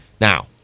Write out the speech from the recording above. Now